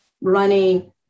running